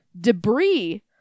Debris